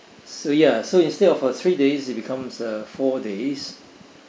so ya so instead of uh three days it becomes uh four days